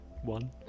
one